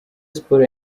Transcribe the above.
sports